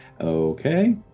okay